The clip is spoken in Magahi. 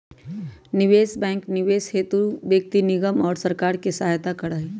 निवेश बैंक निवेश हेतु व्यक्ति निगम और सरकार के सहायता करा हई